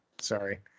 Sorry